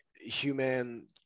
human